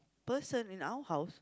person in our house